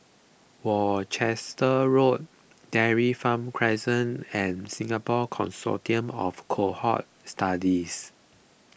Worcester Road Dairy Farm Crescent and Singapore Consortium of Cohort Studies